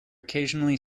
occasionally